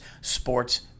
sports